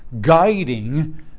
guiding